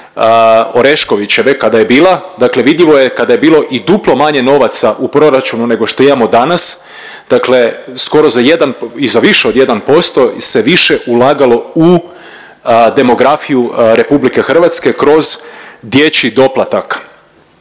Oreškovićeve kada je bila, dakle vidljivo je kada je bilo i duplo manje novaca u proračunu nego što imamo danas, dakle skoro za jedan i za više od jedan posto se više ulagalo u demografiju Republike Hrvatske kroz dječji doplatak.